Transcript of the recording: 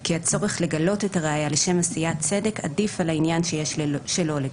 כי הצורך לגלות את הראיה לשם עשיית צדק עדיף מן העניין שיש לא לגלותה.